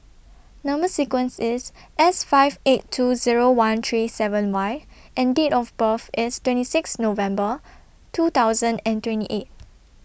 Number sequence IS S five eight two Zero one three seven Y and Date of birth IS twenty six November two thousand and twenty eight